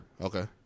Okay